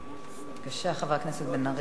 בבקשה, חבר הכנסת בן-ארי,